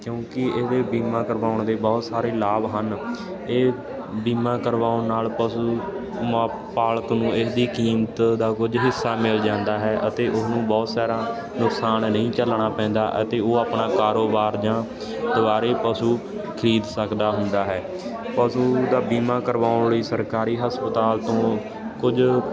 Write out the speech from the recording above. ਕਿਉਂਕਿ ਇਸਦੇ ਬੀਮਾ ਕਰਵਾਉਣ ਦੇ ਬਹੁਤ ਸਾਰੇ ਲਾਭ ਹਨ ਇਹ ਬੀਮਾ ਕਰਵਾਉਣ ਨਾਲ ਪਸ਼ੂ ਮਾ ਪਾਲਕ ਨੂੰ ਇਸਦੀ ਕੀਮਤ ਦਾ ਕੁਝ ਹਿੱਸਾ ਮਿਲ ਜਾਂਦਾ ਹੈ ਅਤੇ ਉਸਨੂੰ ਬਹੁਤ ਸਾਰਾ ਨੁਕਸਾਨ ਨਹੀਂ ਝੱਲਣਾ ਪੈਂਦਾ ਅਤੇ ਉਹ ਆਪਣਾ ਕਾਰੋਬਾਰ ਜਾਂ ਦੁਬਾਰਾ ਪਸ਼ੂ ਖਰੀਦ ਸਕਦਾ ਹੁੰਦਾ ਹੈ ਪਸ਼ੂ ਦਾ ਬੀਮਾ ਕਰਵਾਉਣ ਲਈ ਸਰਕਾਰੀ ਹਸਪਤਾਲ ਤੋਂ ਕੁਝ